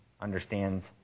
understands